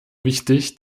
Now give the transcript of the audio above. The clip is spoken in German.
wichtig